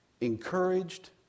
encouraged